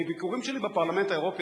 בביקורים שלי בפרלמנט האירופי,